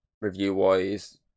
review-wise